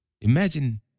Imagine